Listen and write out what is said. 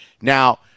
Now